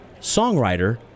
songwriter